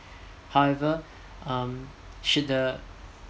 however um should the